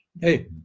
hey